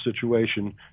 situation